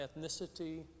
ethnicity